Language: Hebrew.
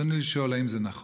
רצוני לשאול: 1. האם זה נכון?